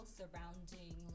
surrounding